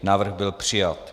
Návrh byl přijat.